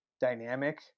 dynamic